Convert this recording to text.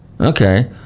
Okay